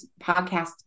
podcast